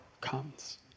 comes